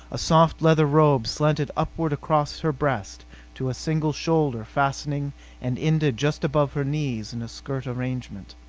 a soft leather robe slanted upward across her breast to a single shoulder fastening and ended just above her knees in a skirt arrangement.